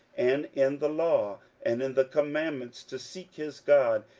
and in the law, and in the commandments, to seek his god,